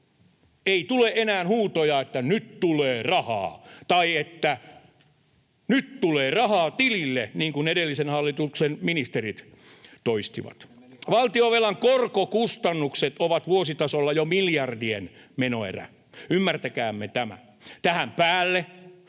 Ei tule enää huutoja, että nyt tulee rahaa tai että nyt tulee rahaa tilille, niin kuin edellisen hallituksen ministerit toistivat. Valtionvelan korkokustannukset ovat vuositasolla jo miljardien menoerä, ymmärtäkäämme tämä. Tähän päälle